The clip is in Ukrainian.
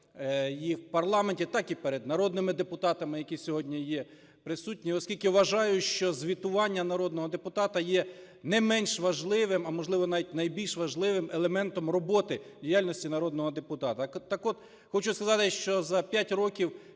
їх в парламенті, так і перед народними депутатами, які сьогодні є присутні, оскільки вважаю, що звітування народного депутата є не менш важливим, а, можливо, навіть найбільш важливим елементом роботи діяльності народного депутата. Так от, хочу сказати, що за 5 років